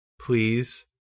please